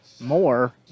more